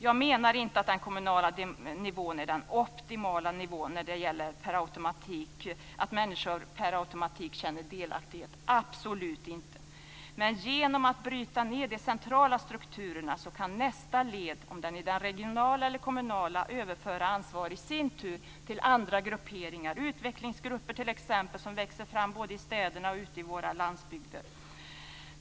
Jag menar inte att den kommunala nivån är den optimala nivån och att människor per automatik känner delaktighet - absolut inte. Men genom att bryta ned de centrala strukturerna kan nästa led - det regionala eller det kommunala - i sin tur överföra ansvar till andra grupperingar. Det kan t.ex. gälla utvecklingsgrupper, som växer fram både i städerna och ute i våra landsbygder.